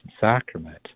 sacrament